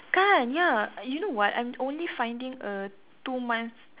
kan ya you know what I'm only finding a two month